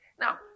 Now